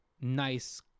nice